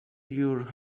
your